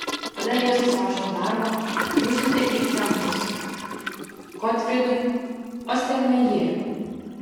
tada rėzos rašto darbą nusiuntė į trempus gotfrydui ostermejeriui